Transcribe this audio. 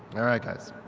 right, guys.